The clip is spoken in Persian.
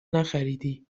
نخریدی